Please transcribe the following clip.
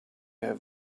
have